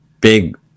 big